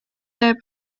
teeb